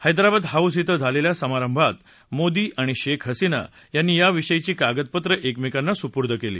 Hyderabad house श्व झालेल्या समारंभात मोदी आणि शेख हसीना यांनी या विषयीची कागदपत्रं एकमेकांना सुपूर्द केली